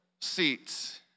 seats